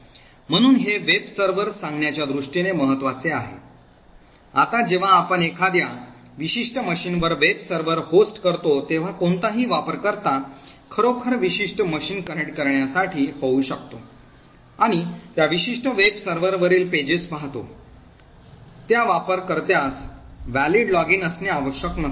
म्हणून हे वेबसर्व्हर्स सांगण्याच्या दृष्टीने महत्वाचे आहे आता जेव्हा आपण एखाद्या विशिष्ट मशीनवर वेब सर्व्हर होस्ट करतो तेव्हा कोणताही वापरकर्ता खरोखर विशिष्ट मशीन कनेक्ट करण्यासाठी होऊ शकतो आणि त्या विशिष्ट वेब सर्व्हरवरील पृष्ठे पाहतो त्या वापरकर्त्यास वैध असणे आवश्यक नसते